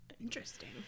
Interesting